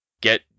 get